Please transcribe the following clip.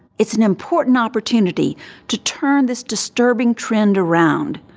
it's an important opportunity to turn this disturbing trend around.